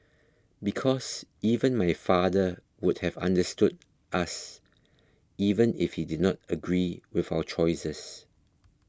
because even my father would have understood us even if he did not agree with our choices